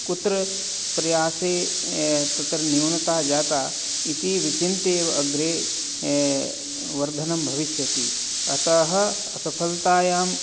कुत्र प्रयासे तत्र न्यूनता जाता इति विचिन्त्यैव अग्रे वर्धनं भविष्यति अतः असफलतायां